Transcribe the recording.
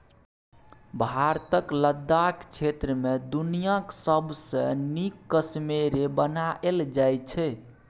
भारतक लद्दाख क्षेत्र मे दुनियाँक सबसँ नीक कश्मेरे बनाएल जाइ छै